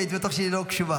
כי הייתי בטוח שהיא לא קשובה.